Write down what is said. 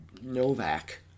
Novak